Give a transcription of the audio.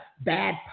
bad